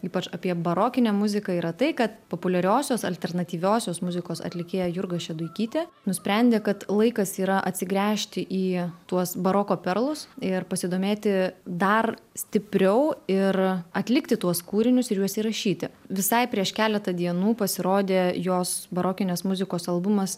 ypač apie barokinę muziką yra tai kad populiariosios alternatyviosios muzikos atlikėja jurga šeduikytė nusprendė kad laikas yra atsigręžti į tuos baroko perlus ir pasidomėti dar stipriau ir atlikti tuos kūrinius ir juos įrašyti visai prieš keletą dienų pasirodė jos barokinės muzikos albumas